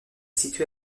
situé